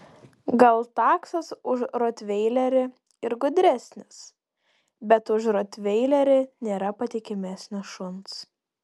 gal taksas už rotveilerį ir gudresnis bet už rotveilerį nėra patikimesnio šuns